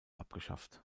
abgeschafft